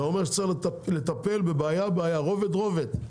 זה אומר שצריך לטפל בבעיה, בעיה, רובד, רובד,